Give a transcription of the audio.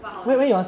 what houses